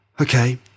okay